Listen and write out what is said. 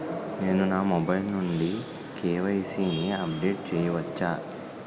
నేను నా మొబైల్ నుండి కే.వై.సీ ని అప్డేట్ చేయవచ్చా?